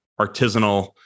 artisanal